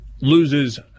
loses